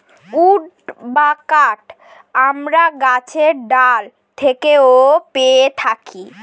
would বা কাঠ আমরা গাছের ডাল থেকেও পেয়ে থাকি